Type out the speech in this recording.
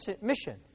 mission